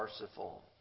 merciful